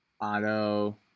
auto